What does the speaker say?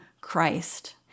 Christ